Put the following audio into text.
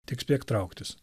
tik spėk trauktis